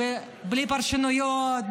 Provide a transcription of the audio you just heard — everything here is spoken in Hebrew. בלי פרשנויות,